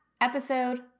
Episode